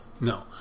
No